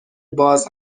باز